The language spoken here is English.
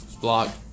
block